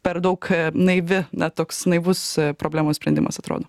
per daug naivi na toks naivus problemos sprendimas atrodo